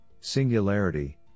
singularity